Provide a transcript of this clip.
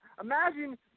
Imagine